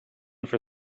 for